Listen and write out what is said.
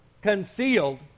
concealed